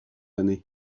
année